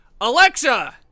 Alexa